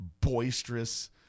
boisterous